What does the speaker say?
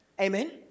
Amen